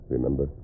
Remember